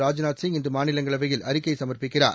ராஜ்நாத் சிங் இன்று மாநிலங்களவையில் அறிக்கை சமர்ப்பிக்கிறார்